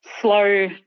slow